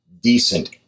decent